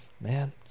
man